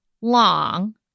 long